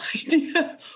idea